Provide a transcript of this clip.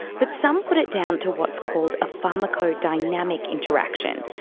but some put it down to what's called a pharmacodynamic interaction.